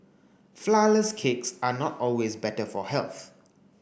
flour less cakes are not always better for health